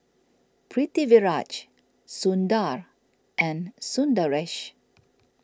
Pritiviraj Sundar and Sundaresh